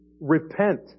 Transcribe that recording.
repent